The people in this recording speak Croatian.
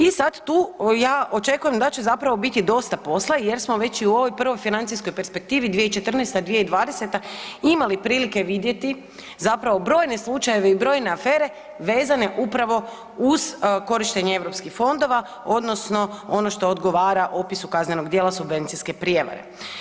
I sad tu ja očekujem da će zapravo biti dosta posla jer smo već i u ovoj prvoj financijskoj perspektivi 2014.-2020., ima li prilike vidjeti zapravo brojne slučajeve i brojne afere vezane upravo uz korištenje europskih fondova odnosno ono što odgovara opisu kaznenog djela subvencijske prijevare.